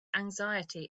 anxiety